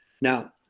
Now